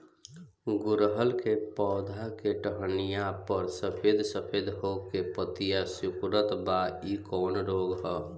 गुड़हल के पधौ के टहनियाँ पर सफेद सफेद हो के पतईया सुकुड़त बा इ कवन रोग ह?